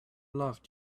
loved